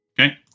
Okay